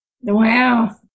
Wow